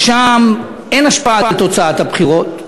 ושם אין השפעה על תוצאת הבחירות,